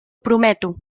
prometo